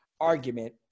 argument